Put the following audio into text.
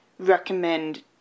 Recommend